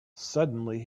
suddenly